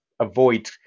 avoid